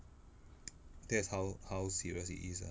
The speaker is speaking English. that's how how serious it is ah